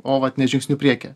o vat ne žingsniu priekyje